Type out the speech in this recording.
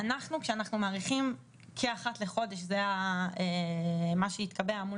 כשאנחנו מאריכים כאחת לחודש זה מה שהתקבע מול